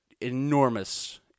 enormous